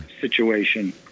situation